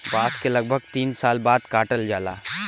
बांस के लगभग तीन साल बाद काटल जाला